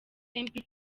peter